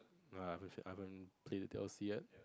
nah I haven't I haven't played the D_L_C yet